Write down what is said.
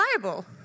reliable